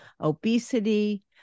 obesity